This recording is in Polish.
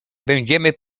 będziemy